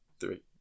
three